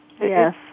Yes